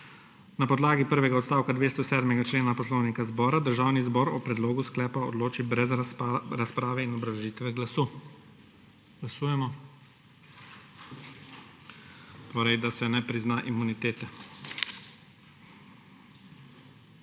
Na podlagi prvega odstavka 207. člena Poslovnika Državnega zbora Državni zbor o predlogu sklepa odloči brez razprave in obrazložitve glasu. Glasujemo, da se ne prizna imuniteta.